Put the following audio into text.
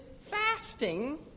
fasting